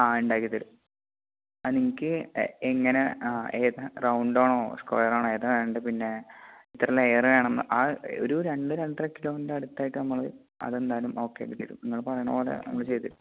ആ ഉണ്ടാക്കിത്തരും ആ നിങ്ങൾക്ക് എങ്ങനെ ഏതാണ് റൗണ്ടാണോ സ്ക്വയറാണോ ഏതാണ് വേണ്ടത് പിന്നേ ഇത്ര ലെയറ് വേണം ആ ഒരു രണ്ട് രണ്ടര കിലോന്റെ അടുത്തായിട്ട് നമ്മൾ അതെന്തായാലും ഒക്കെ ആക്കിത്തരും നിങ്ങൾ പറയണ പോലെ നമ്മൾ ചെയ്തു തരും